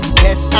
yes